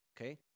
Okay